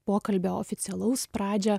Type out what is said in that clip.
pokalbį oficialaus pradžią